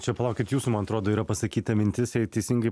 čia palaukit jūsų man atrodo yra pasakyta mintis jei teisingai